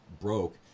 broke